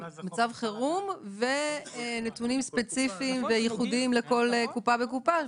מצב חירום ונתונים ספציפיים וייחודיים לכל קופה וקופה,